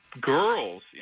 girls